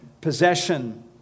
possession